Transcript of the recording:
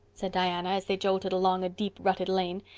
said diana, as they jolted along a deep-rutted lane.